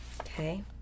okay